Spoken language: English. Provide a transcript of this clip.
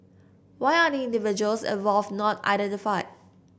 why are the individuals involved not identified